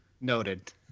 Noted